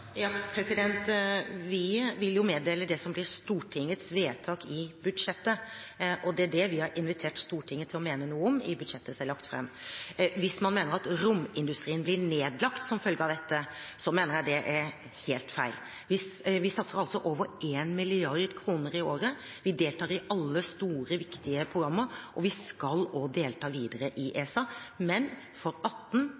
Vi vil jo meddele det som blir Stortingets vedtak i budsjettet, og det er det vi har invitert Stortinget til å mene noe om i budsjettet som er lagt fram. Hvis man mener at romindustrien blir nedlagt som en følge av dette, så mener jeg det er helt feil. Vi satser altså over 1 mrd. kr i året, vi deltar i alle store, viktige programmer, og vi skal også delta videre i